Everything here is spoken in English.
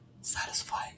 satisfy